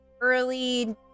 early